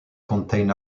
contain